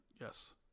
Yes